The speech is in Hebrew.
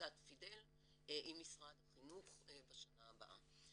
עמותת "פידל" עם משרד החינוך בשנה הבאה.